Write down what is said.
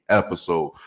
episode